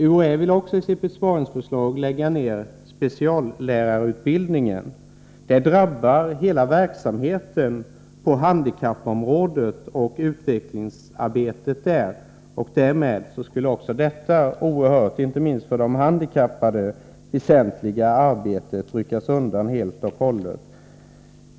UHÄ villi sitt besparingsförslag också lägga ned speciallärarutbildningen. Det drabbar verksamheten och utvecklingsarbetet på handikappområdet. Därmed skulle detta, inte minst för de handikappade, oerhört väsentliga arbete tryckas undan helt och hållet.